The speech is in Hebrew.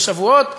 בשבועות,